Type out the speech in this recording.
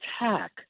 attack